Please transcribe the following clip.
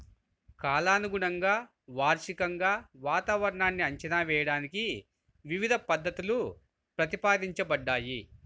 కాలానుగుణంగా, వార్షికంగా వాతావరణాన్ని అంచనా వేయడానికి వివిధ పద్ధతులు ప్రతిపాదించబడ్డాయి